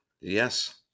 Yes